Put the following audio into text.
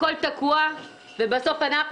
הכול תקוע ובסוף אנחנו,